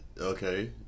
Okay